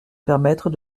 permettre